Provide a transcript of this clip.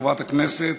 חברת הכנסת,